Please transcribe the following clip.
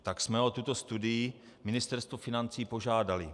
Tak jsme o tuto studii Ministerstvo financí požádali.